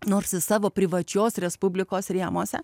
nors ir savo privačios respublikos rėmuose